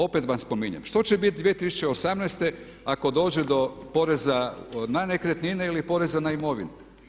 Opet vam spominjem, što će biti 2018. ako dođe do poreza na nekretnine ili poreza na imovinu?